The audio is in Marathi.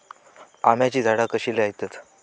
आम्याची झाडा कशी लयतत?